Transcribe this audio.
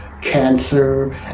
cancer